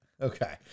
okay